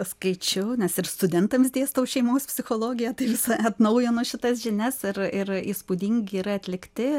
skaičiau nes ir studentams dėstau šeimos psichologiją tai visai atnaujino šitas žinias ir ir įspūdingi yra atlikti